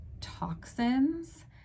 toxins